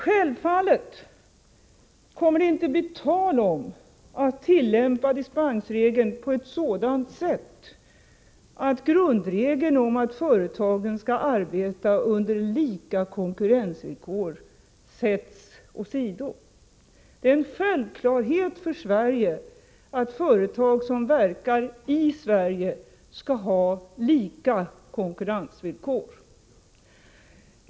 Självfallet kommer det inte att bli tal om att tillämpa dispensregeln på ett sådant sätt att grundregeln om att företagen skall arbeta under lika konkurrensvillkor sätts åsido. Det är en självklarhet för Sverige att företag som verkar här skall ha lika konkurrensvillkor.